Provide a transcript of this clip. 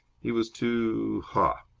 he was too ha!